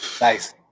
Nice